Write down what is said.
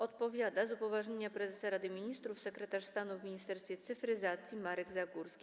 Odpowiada z upoważnienia prezesa Rady Ministrów sekretarz stanu w Ministerstwie Cyfryzacji Marek Zagórski.